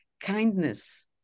kindness